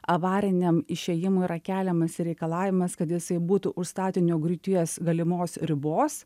avariniam išėjimui yra keliamas reikalavimas kad jisai būtų už statinio griūties galimos ribos